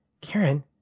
karen